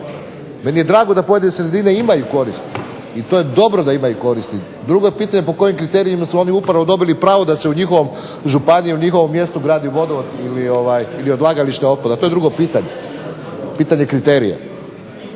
Meni je drago da pojedine sredine imaju koristi, i to je dobro da imaju koristi. Drugo je pitanje po kojim kriterijima su oni upravo dobili pravo da se u njihovom županiji, u njihovom mjestu gradi vodovod ili odlagalište otpada, to je drugo pitanje, pitanje kriterija.